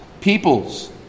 peoples